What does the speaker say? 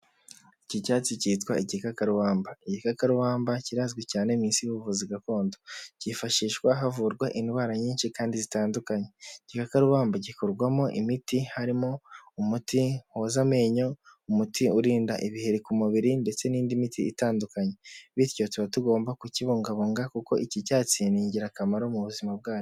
Iki cyatsi cyitwa igikakakarumba. Igikakarubamba kirazwi cyane mu Isi y'ubuvuzi gakondo, cyifashishwa havurwa indwara nyinshi kandi zitandukanye. Igikakarubamba gikorwamo imiti harimo umuti woza amenyo, umuti urinda ibiheri ku mubiri, ndetse n'indi miti itandukanye, bityo tuba tugomba kukibungabunga kuko iki cyatsi ni ingirakamaro mu buzima bwacu.